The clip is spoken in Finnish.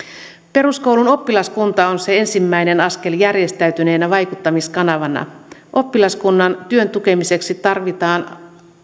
peruskoulun oppilaskunta on ensimmäinen askel järjestäytyneenä vaikuttamiskanavana oppilaskunnan työn tukemiseksi tarvitaan